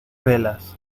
velas